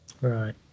Right